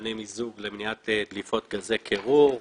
קבלני מיזוג למניעת דליפות גזי קירור.